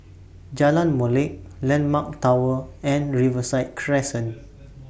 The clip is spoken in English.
Jalan Molek Landmark Tower and Riverside Crescent